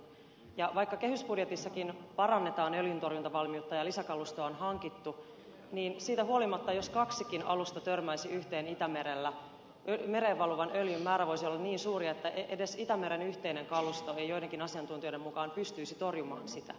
vaikka kehysbudjetissakin parannetaan öljyntorjuntavalmiutta ja lisäkalustoa on hankittu niin siitä huolimatta jos kaksikin alusta törmäisi yhteen itämerellä mereen valuvan öljyn määrä voisi olla niin suuri että edes itämeren yhteinen kalusto ei joidenkin asiantuntijoiden mukaan pystyisi torjumaan sitä